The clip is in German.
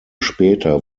später